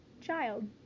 child